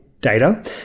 Data